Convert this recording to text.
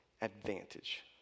advantage